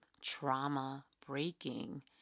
trauma-breaking